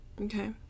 Okay